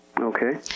Okay